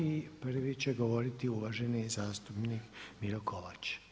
I prvi će govoriti uvaženi zastupnik Miro Kovač.